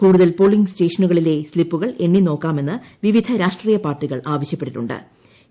കൂടുതൽ പോളിങ് സ്റ്റേഷനുകളിലെ സ്ലിപ്പുകൾ എണ്ണിനോക്കണമെന്ന് വിവിധ രാഷ്ട്രീയ പാർട്ടികൾ ആവശ്യപ്പെട്ടിട്ടു ്